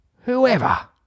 whoever